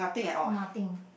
nothing